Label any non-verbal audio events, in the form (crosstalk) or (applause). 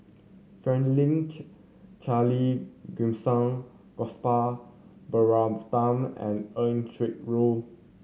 Franklin Charle Gimson Gopal Baratham and Eng (unintelligible) Loy